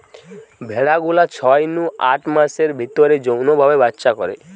ভেড়া গুলা ছয় নু আট মাসের ভিতরেই যৌন ভাবে বাচ্চা করে